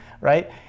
right